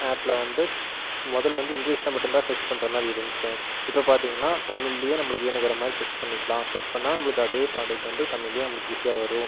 ஆப்பில் வந்து முதல்ல வந்து இங்கிலீஷில் மட்டும் தான் சர்ச் பண்ணுற மாதிரி இருந்துச்சு இப்போ பார்த்தீங்கன்னா தமிழ்லேயே நம்மளுக்கு வேணுங்கிற மாதிரி சர்ச் பண்ணிக்கலாம் சர்ச் பண்ணால் நம்மளுக்கு அதே ப்ராடக்ட் வந்து தமிழ்லேயே நம்மளுக்கு ஈஸியாக வரும்